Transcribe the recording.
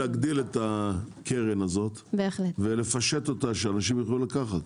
להגדיל את הקרן הזאת ולפשט אותה כדי שאנשים יוכלו לקחת.